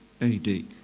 AD